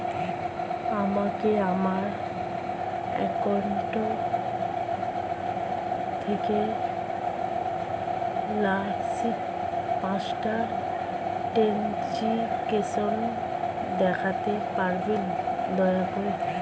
আমাকে আমার অ্যাকাউন্ট থেকে লাস্ট পাঁচটা ট্রানজেকশন দেখাতে পারবেন দয়া করে